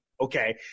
Okay